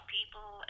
people